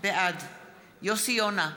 בעד יוסי יונה,